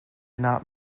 not